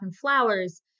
Flowers